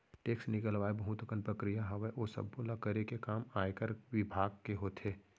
tax निकलवाय के बहुत अकन प्रक्रिया हावय, ओ सब्बो ल करे के काम आयकर बिभाग के होथे